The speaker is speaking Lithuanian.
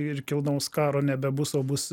ir kilnaus karo nebebus o bus